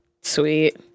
Sweet